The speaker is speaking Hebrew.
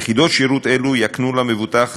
יחידות שירות אלו יקנו למבוטח